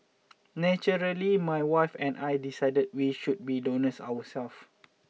naturally my wife and I decided we should be donors ourselves